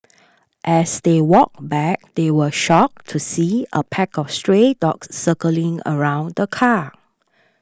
as they walked back they were shocked to see a pack of stray dogs circling around the car